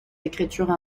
écritures